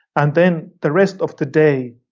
and then the rest of the day,